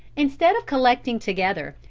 instead of collecting together,